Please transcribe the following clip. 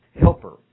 helper